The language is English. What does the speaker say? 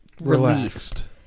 relaxed